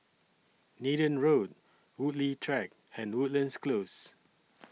Nathan Road Woodleigh Track and Woodlands Close